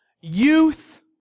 youth